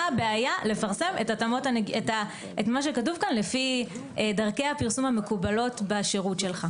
מה הבעיה לפרסם את מה שכתוב כאן לפי דרכי הפרסום המקובלות בשירות שלך.